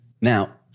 Now